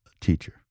teacher